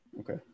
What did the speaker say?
Okay